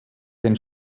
den